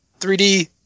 3D